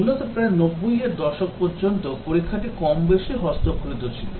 মূলত প্রায় 90 এর দশক পর্যন্ত পরীক্ষাটি কমবেশি হস্তকৃত ছিল